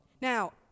Now